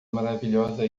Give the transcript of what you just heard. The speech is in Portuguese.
maravilhosa